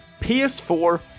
PS4